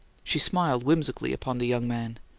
she smiled whimsically upon the young man.